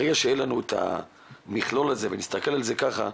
ברגע שיהיה לנו את המכלול הזה ונסתכל על זה כך,